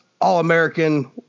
all-American